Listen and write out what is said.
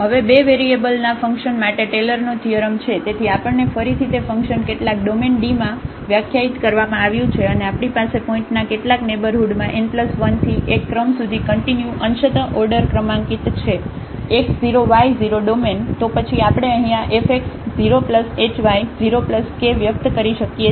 તેથી હવે બે વેરિયેબલના ફંકશન માટે ટેલરનો થીઅરમ છે તેથી આપણને ફરીથી તે ફંકશન કેટલાક ડોમેન ડીમાં વ્યાખ્યાયિત કરવામાં આવ્યું છે અને આપણી પાસે પોઇન્ટના કેટલાક નેઇબરહુડમાં n 1 થી 1 ક્રમ સુધી કંટીન્યુ અંશત order ક્રમાંકિત છે x 0 y 0 ડોમેન તો પછી આપણે અહીં આ fx 0 hy 0 K વ્યક્ત કરી શકીએ છીએ